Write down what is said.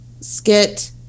skit